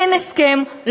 אין הסכם,